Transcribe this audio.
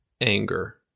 anger